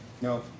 No